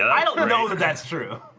i don't know that that's true.